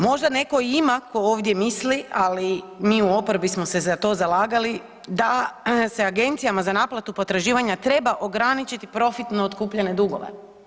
Možda netko i ima tko ovdje mislim, ali mi u oporbi smo se za to zalagali da se agencijama za naplatu potraživanja treba ograničiti profitno otkupljene dugove.